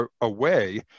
away